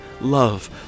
love